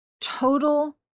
total